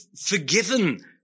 forgiven